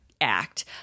act